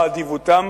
באדיבותם